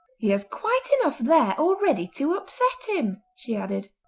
he has quite enough there already to upset him she added.